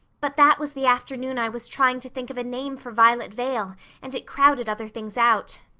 but that was the afternoon i was trying to think of a name for violet vale and it crowded other things out.